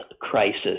crisis